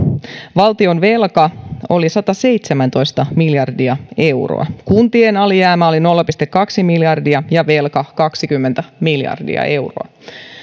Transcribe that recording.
valtion velka oli sataseitsemäntoista miljardia euroa kuntien alijäämä oli nolla pilkku kaksi miljardia ja velka kaksikymmentä miljardia euroa